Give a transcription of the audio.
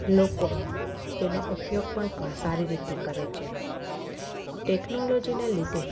લોકો તેનો ઉપયોગ પણ સારી રીતે કરે છે ટેક્નોલોજીને લીધે